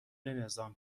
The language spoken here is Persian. نظام